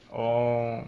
orh